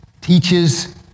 teaches